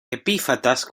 epífitas